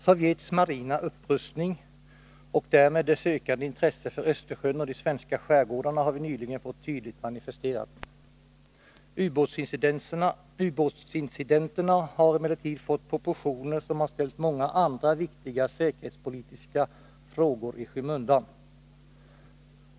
Sovjets marina upprustning och därmed dess ökande intresse för Östersjön och de svenska skärgårdarna har vi nyligen fått tydligt manifesterat. Ubåtsincidenterna har emellertid fått proportioner som har ställt många andra viktiga säkerhetspolitiska frågor i skymundan.